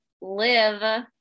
live